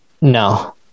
No